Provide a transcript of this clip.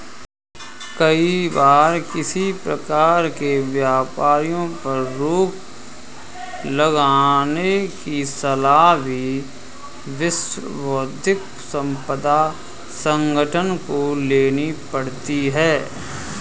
कई बार किसी प्रकार के व्यापारों पर रोक लगाने की सलाह भी विश्व बौद्धिक संपदा संगठन को लेनी पड़ती है